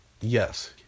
Yes